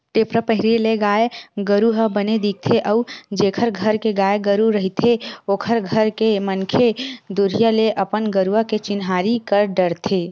टेपरा पहिरे ले गाय गरु ह बने दिखथे अउ जेखर घर के गाय गरु रहिथे ओखर घर के मनखे दुरिहा ले अपन गरुवा के चिन्हारी कर डरथे